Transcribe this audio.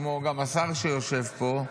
כמו גם השר שיושב פה,